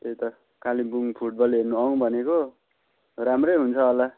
त्यही त कालेबुङ फुटबल हेर्नु आउँ भनेको राम्रै हुन्छ होला